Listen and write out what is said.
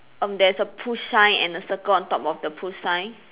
um there's a push sign and a circle on top of the push sign